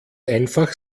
einfach